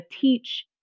teach